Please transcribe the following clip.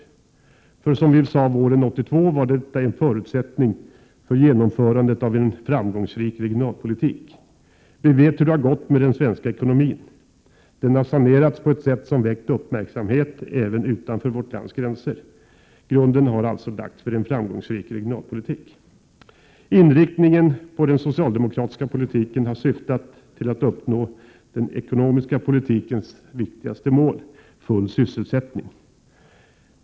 Som vi sade våren 1982 var detta en förutsättning för genomförandet av en framgångsrik regionalpolitik. Vi vet hur det har gått med den svenska ekonomin — den har sanerats på ett sätt som väckt uppmärksamhet även utanför vårt lands gränser. Grunden har lagts för en framgångsrik regionalpolitik. Inriktningen på den socialdemokratiska politiken har syftat till att uppnå den ekonomiska politikens viktigaste mål — full sysselsättning.